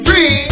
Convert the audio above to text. Free